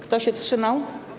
Kto się wstrzymał?